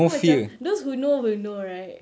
dia macam those who know will know right